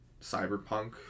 Cyberpunk